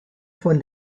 von